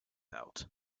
out